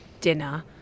dinner